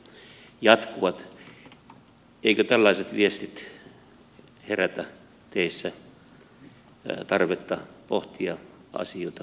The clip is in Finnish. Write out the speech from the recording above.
eivätkö tällaiset viestit herätä teissä tarvetta pohtia asioita uudelleen